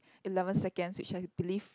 eleven seconds which I believe